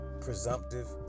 presumptive